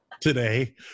today